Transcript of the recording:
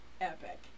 epic